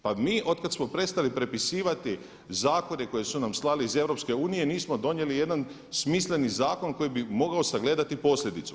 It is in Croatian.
Pa mi od kada smo prestali prepisivati zakone koje su nam slali iz EU nismo donijeli jedan smisleni zakon koji bi mogao sagledati posljedicu.